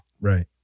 Right